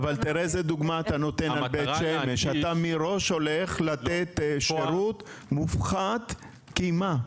אבל תראה איזו דוגמה את נותן: אתה מראש הולך לתת שירות מופחת כי מה,